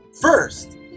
first